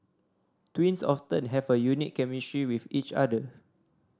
twins often have a unique chemistry with each other